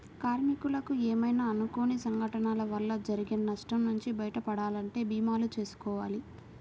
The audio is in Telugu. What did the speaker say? కార్మికులకు ఏమైనా అనుకోని సంఘటనల వల్ల జరిగే నష్టం నుంచి బయటపడాలంటే భీమాలు చేసుకోవాలి